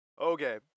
okay